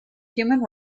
human